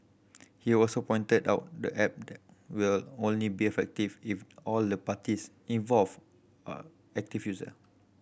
he also pointed out the app will only be effective if all the parties involved are active user